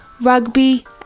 Rugby